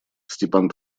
степан